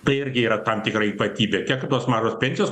tai irgi yra tam tikra ypatybė kiek tos mažos pensijos